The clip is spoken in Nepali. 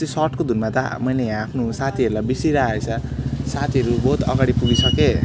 त्यो सर्टको धुनमा त मैले यहाँ आफ्नो साथीहरूलाई बिर्सी राखेछ साथीहरू बहुत अगाडि पुगिसके